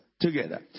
together